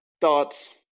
thoughts